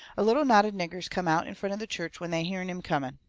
a little knot of niggers come out in front of the church when they hearn him coming.